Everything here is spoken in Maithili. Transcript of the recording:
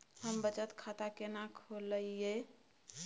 हम बचत खाता केना खोलइयै?